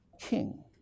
king